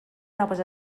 noves